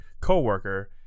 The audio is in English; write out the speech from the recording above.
coworker